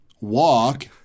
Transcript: walk